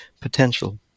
potential